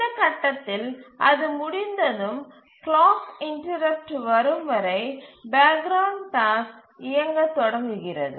இந்த கட்டத்தில் அது முடிந்ததும் கிளாக் இன்டரப்ட்டு வரும் வரை பேக் கிரவுண்ட் டாஸ்க் இயங்கத் தொடங்குகிறது